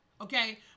okay